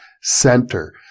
Center